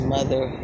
Mother